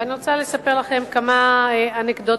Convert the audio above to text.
ואני רוצה לספר לכם כמה אנקדוטות